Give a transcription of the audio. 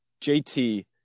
JT